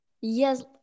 Yes